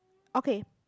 okay